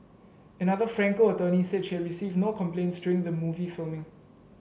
another Franco attorney said she had received no complaints during the movie filming